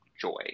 joy